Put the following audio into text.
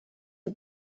you